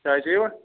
چاے چیٚوٕ